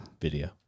video